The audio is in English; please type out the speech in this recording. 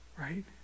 right